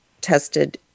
tested